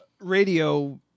radio